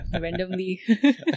Randomly